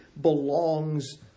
belongs